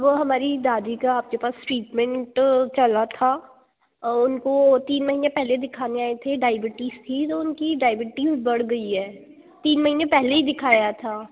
वो हमारी दादी का आपके पास ट्रीटमेंट चला था और उनको तीन महीने पहले दिखाने आए थे डायबिटीज थी तो उनकी डायबिटीज बढ़ गई है तीन महीने पहले ही दिखाया था